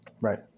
right